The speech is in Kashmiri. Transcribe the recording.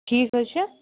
ٹھیٖک حظ چھُ